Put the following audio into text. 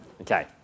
okay